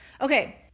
Okay